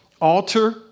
alter